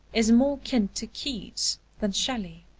is more kin to keats than shelley,